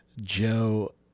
Joe